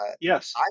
Yes